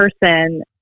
person